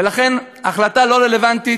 ולכן ההחלטה לא רלוונטית,